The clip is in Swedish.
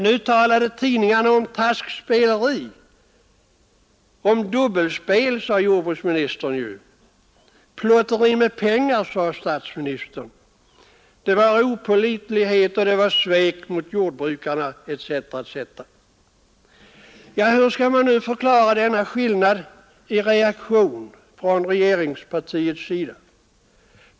Nu talade tidningarna om taskspeleri — dubbelspel, sade jordbruksministern; plotteri med pengar, sade statsministern — opålitlighet, svek mot jordbrukarna m.m. Hur skall denna skillnad i reaktion från regeringspartiets sida kunna förklaras?